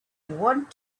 want